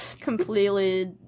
completely